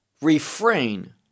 refrain